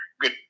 good